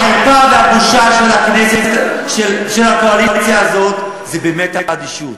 החרפה והבושה של הקואליציה הזאת זה באמת האדישות.